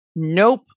nope